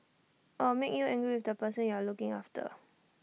or make you angry with the person you're looking after